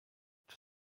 czy